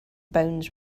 bones